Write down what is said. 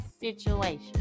situation